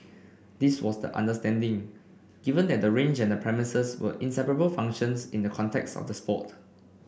this was the understanding given that the range and the premises were inseparable functions in the contexts of the sport